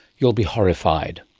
you'll be horrified.